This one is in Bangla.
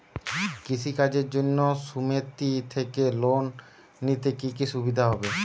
কৃষি কাজের জন্য সুমেতি থেকে লোন নিলে কি কি সুবিধা হবে?